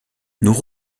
nous